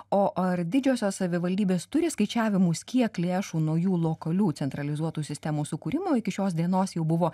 o ar didžiosios savivaldybės turi skaičiavimus kiek lėšų naujų lokalių centralizuotų sistemų sukūrimo iki šios dienos jau buvo